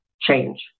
change